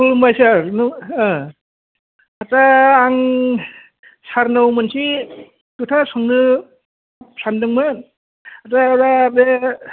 खुलुमबाय सार बे आं सारनाव मोनसे खोथा सोंनो सानदोंमोन जाहैबाय बे